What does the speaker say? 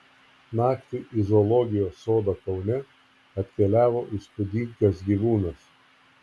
naktį į zoologijos sodą kaune atkeliavo įspūdingas gyvūnas